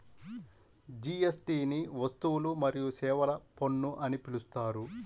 జీఎస్టీని వస్తువులు మరియు సేవల పన్ను అని పిలుస్తారు